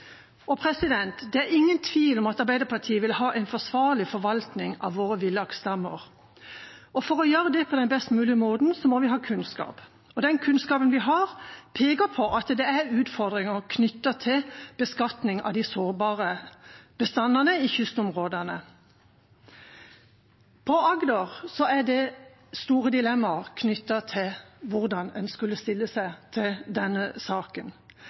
Det er ingen tvil om at Arbeiderpartiet vil ha en forsvarlig forvaltning av våre villaksstammer. For å gjøre det på den best mulige måten må vi ha kunnskap, og den kunnskapen vi har, peker på at det er utfordringer knyttet til beskatning av de sårbare bestandene i kystområdene. På Agder er det store dilemmaer knyttet til hvordan en skulle stille seg til denne saken.